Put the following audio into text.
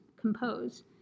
Compose